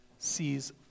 sees